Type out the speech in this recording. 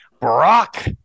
Brock